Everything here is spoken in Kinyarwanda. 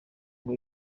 ngo